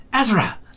Ezra